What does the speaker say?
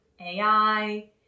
AI